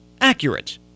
accurate